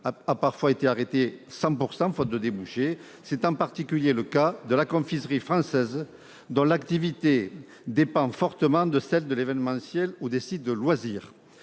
a parfois été totalement arrêtée, faute de débouchés. C'est en particulier le cas de la confiserie française, dont l'activité dépend fortement de celle de l'événementiel ou de la